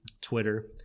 Twitter